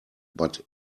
but